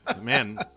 Man